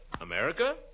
America